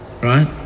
Right